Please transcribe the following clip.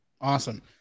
Awesome